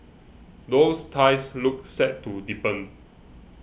those ties look set to deepen